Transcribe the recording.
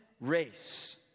race